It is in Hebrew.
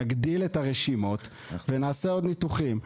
נגדיל את הרשימות ונעשה עוד ניתוחים.